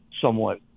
somewhat